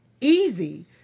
easy